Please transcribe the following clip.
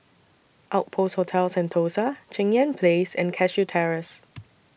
Outpost Hotel Sentosa Cheng Yan Place and Cashew Terrace